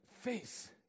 face